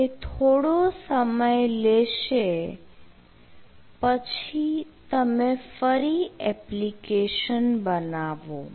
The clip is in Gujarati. તે થોડો સમય લેશે પછી તમે ફરી એપ્લિકેશન બનાવો